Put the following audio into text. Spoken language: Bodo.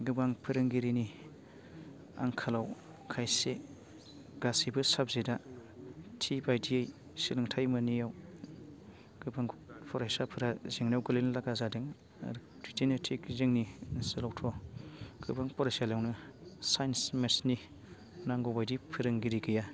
गोबां फोरोंगिरिनि आंखालाव खायसे गासैबो साबजेक्टआ थि बायदियै सोलोंथाइ मोनियाव गोबां फरायसाफोरा जेंनायाव गोग्लैनो लागा जादों आरो बिदिनो थिख जोंनि ओनसोलावथ' गोबां फरायसालियावनो साइन्स मेट्सनि नांगौबायदि फोरोंगिरि गैया